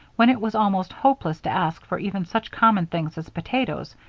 when it was almost hopeless to ask for even such common things as potatoes,